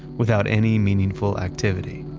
without any meaningful activity.